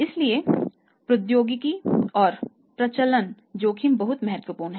इसलिए प्रौद्योगिकी और अप्रचलन जोखिम बहुत महत्वपूर्ण हैं